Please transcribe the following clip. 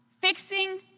fixing